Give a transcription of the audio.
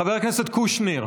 חבר הכנסת קושניר,